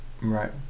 Right